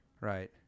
Right